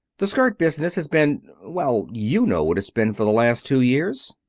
the skirt business has been well, you know what it's been for the last two years.